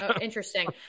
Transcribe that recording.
Interesting